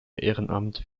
ehrenamt